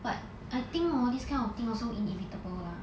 but I think hor this kind of thing also inevitable lah